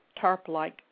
tarp-like